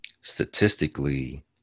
statistically